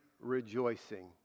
rejoicing